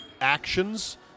actions